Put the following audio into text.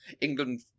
England